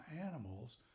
animals